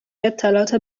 اطلاعات